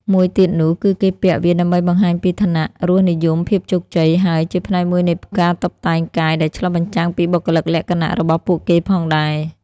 មួយទៀតនោះគឺគេពាក់វាដើម្បីបង្ហាញពី ឋានៈ រសនិយម ភាពជោគជ័យ ហើយ ជាផ្នែកមួយនៃការតុបតែងកាយដែលឆ្លុះបញ្ចាំងពីបុគ្គលិកលក្ខណៈរបស់ពួកគេផងដែរ។